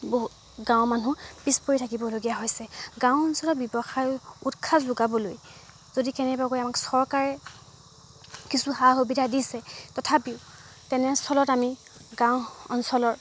বহু গাঁওৰ মানুহ পিছ পৰি থাকিবলগীয়া হৈছে গাঁও অঞ্চলৰ ব্যৱসায় উৎসাহ যোগাবলৈ যদি কেনেবাকৈ আমাক চৰকাৰে কিছু সা সুবিধা দিছে তথাপিও তেনেস্থলত আমি গাঁও অঞ্চলৰ